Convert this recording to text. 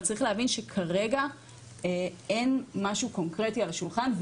אבל צריך להבין שכרגע אין משהו קונקרטי על השולחן.